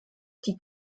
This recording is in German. die